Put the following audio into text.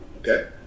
Okay